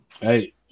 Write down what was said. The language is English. Hey